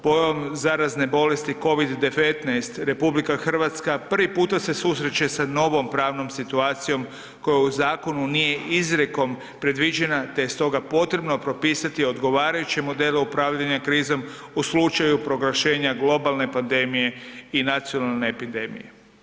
Pojam zarazne bolesti COVID-19, RH prvi puta se susreće sa novom pravnom situacijom koja u zakonu nije izrijekom predviđena te je stoga potrebno propisati odgovarajuće modele upravljanja krizom u slučaju proglašenja globalne pandemije i nacionalne epidemije.